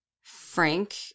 Frank